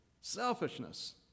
selfishness